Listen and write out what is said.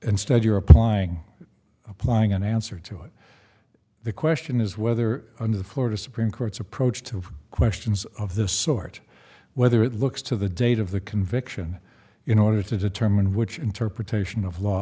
instead you're applying planning an answer to it the question is whether under the florida supreme court's approach to questions of the sort whether it looks to the date of the conviction in order to determine which interpretation of law